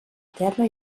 terra